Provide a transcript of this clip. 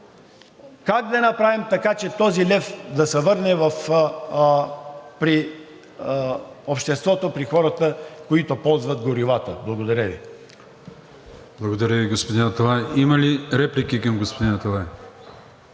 как да направим така, че този лев да се върне при обществото, при хората, които ползват горивата. Благодаря Ви. ПРЕДСЕДАТЕЛ АТАНАС АТАНАСОВ: Благодаря Ви, господин Аталай. Има ли реплики към господин Аталай?